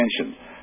attention